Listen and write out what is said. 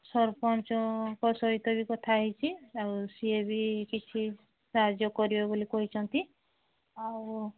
ସରପଞ୍ଚଙ୍କ ସହିତ ବି କଥା ହୋଇଛି ଆଉ ସେ ବି କିଛି ସାହାଯ୍ୟ କରିବେ ବୋଲି କହିଛନ୍ତି ଆଉ